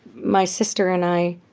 my sister and i